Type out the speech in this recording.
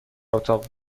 اتاق